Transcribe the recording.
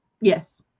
Yes